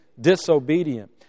disobedient